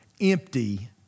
empty